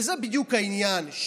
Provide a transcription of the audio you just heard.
וזה בדיוק העניין,